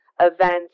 events